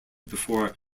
before